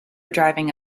driving